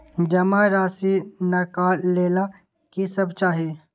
जमा राशि नकालेला कि सब चाहि?